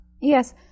Yes